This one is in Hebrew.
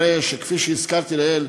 הרי שכפי שהזכרתי לעיל,